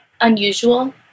unusual